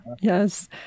yes